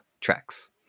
tracks